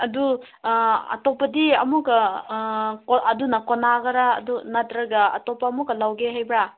ꯑꯗꯨ ꯑꯇꯣꯞꯄꯗꯤ ꯑꯃꯨꯛꯀ ꯑꯗꯨꯅ ꯀꯣꯟꯅꯒꯗ꯭ꯔꯥ ꯑꯗꯨ ꯅꯠꯇ꯭ꯔꯒ ꯑꯇꯣꯞꯄ ꯑꯃꯨꯛꯀ ꯂꯧꯒꯦ ꯍꯥꯏꯕ꯭ꯔꯥ